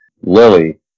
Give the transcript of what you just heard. Lily